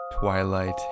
twilight